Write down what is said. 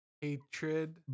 hatred